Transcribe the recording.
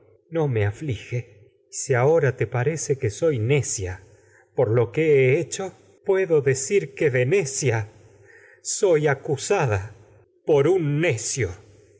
no me aflige y si ahora te parece que necia por lo que he hecho puedo de acusada por un necio esa